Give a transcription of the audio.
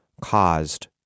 caused